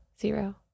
zero